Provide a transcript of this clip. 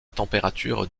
température